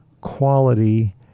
quality